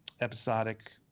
episodic